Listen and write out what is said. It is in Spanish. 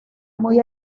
muy